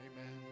Amen